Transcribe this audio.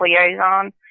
liaison